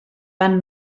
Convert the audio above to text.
van